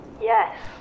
Yes